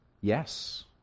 Yes